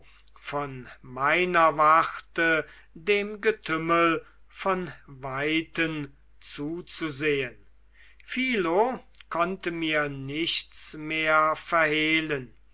von meiner warte dem getümmel von weiten zuzusehen philo konnte mir nichts mehr verhehlen